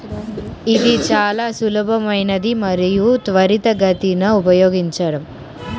ఇది చాలా సులభమైనది మరియు త్వరితగతిన ఉపయోగించడం